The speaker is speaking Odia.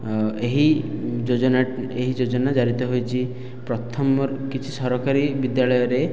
ଏହି ଯୋଜନା ଏହି ଯୋଜନା ଜାରି ହୋଇଛି ପ୍ରଥମର କିଛି ସରକାରୀ ବିଦ୍ୟାଳୟରେ